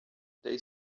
they